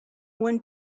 one